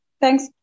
Thanks